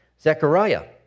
Zechariah